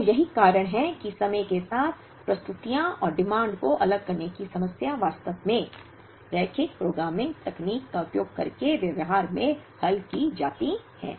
तो यही कारण है कि समय के साथ प्रस्तुतियों और डिमांड को अलग करने की समस्या वास्तव में रैखिक प्रोग्रामिंग तकनीक का उपयोग करके व्यवहार में हल की जाती है